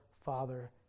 father